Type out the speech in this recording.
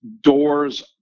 doors